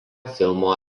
filmo